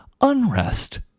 unrest